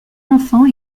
enfants